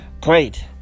Great